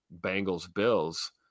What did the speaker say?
Bengals-Bills